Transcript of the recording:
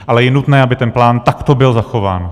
Ale je nutné, aby ten plán takto byl zachován.